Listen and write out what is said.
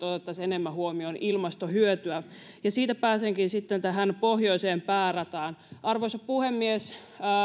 otettaisiin enemmän huomioon ilmastohyötyä ja siitä pääsenkin sitten tähän pohjoiseen päärataan arvoisa puhemies